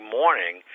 morning